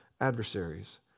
adversaries